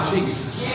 Jesus